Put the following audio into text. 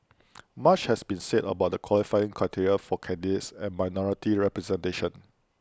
much has been said about the qualifying criteria for candidates and minority representation